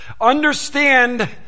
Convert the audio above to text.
Understand